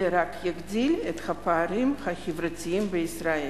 אלא רק יגדיל את הפערים החברתיים בישראל.